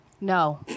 No